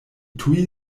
tuj